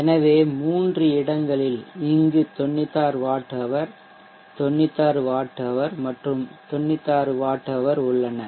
எனவே இங்கு 96 watt hour 96 watt hour மற்றும் 96 வாட் ஹவர் உள்ளன